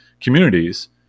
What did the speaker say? communities